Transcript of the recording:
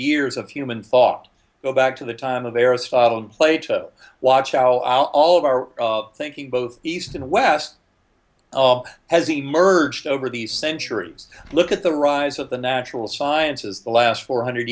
years of human thought go back to the time of aristotle and plato watch how all of our thinking both east and west has he merged over the centuries look at the rise of the natural sciences the last four hundred